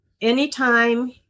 Anytime